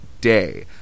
day